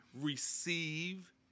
receive